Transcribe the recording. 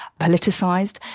politicised